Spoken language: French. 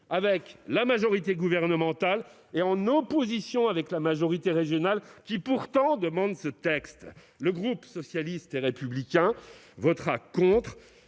avec la majorité gouvernementale, et en opposition avec la majorité régionale, qui pourtant demande ce texte ! Le groupe Socialiste, Écologiste et Républicain votera contre.